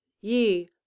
ye